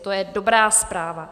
To je dobrá zpráva.